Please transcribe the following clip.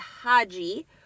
haji